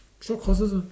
short courses ah